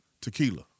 tequila